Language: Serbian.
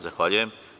Zahvaljujem.